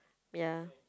ya